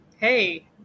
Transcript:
hey